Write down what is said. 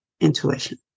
intuition